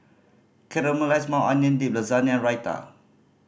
Caramelized Maui Onion Dip Lasagna Raita